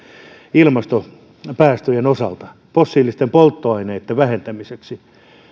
ilmastopäästöjen osalta fossiilisten polttoaineitten vähentämiseksi